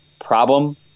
problem